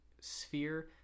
sphere